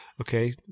okay